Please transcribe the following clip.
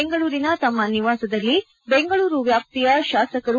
ಬೆಂಗಳೂರಿನ ತಮ್ಮ ನಿವಾಸದಲ್ಲಿ ಬೆಂಗಳೂರು ವ್ಯಾಪ್ತಿಯ ಶಾಸಕರು